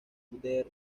der